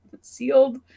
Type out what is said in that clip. sealed